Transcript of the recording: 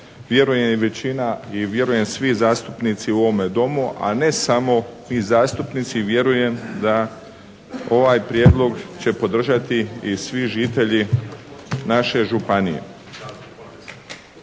vjerujem i većina i vjerujem svi zastupnici u ovome Domu, a ne samo mi zastupnici. Vjerujem da ovaj prijedlog će podržati i svi žitelji naše županije.